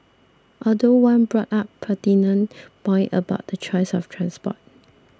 although one brought up a pertinent point about the choice of transport